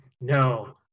no